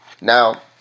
now